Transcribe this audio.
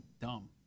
dumb